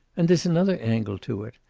and there's another angle to it.